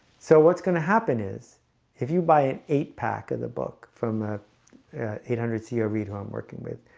so what's gonna happen is if you buy an eight pack of the book from ah eight hundred ceo reed who i'm working with.